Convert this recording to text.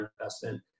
investment